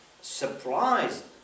surprised